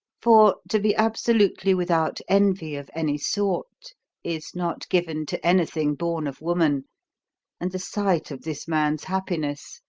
for to be absolutely without envy of any sort is not given to anything born of woman and the sight of this man's happiness,